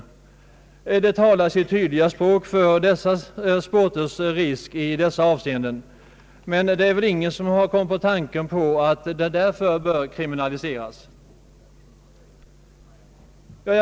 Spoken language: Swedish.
Vad jag nu anfört talar sitt tydliga språk när det gäller de risker som är förenade med dessa olika sporter. Men det är väl ingen som har kommit på tanken att de därför bör kriminaliseras.